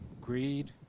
greed